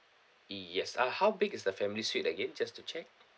yes uh how big is the family suite again just to check